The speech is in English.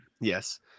Yes